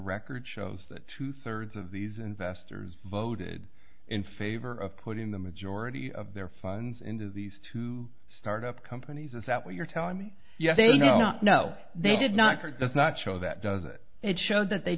record shows that two thirds of these investors voted in favor of putting the majority of their funds into these to start up companies is that what you're telling me yes a no no they did not fire does not show that does it it showed that they